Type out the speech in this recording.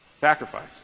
Sacrifice